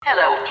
Hello